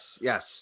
yes